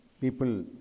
people